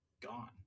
gone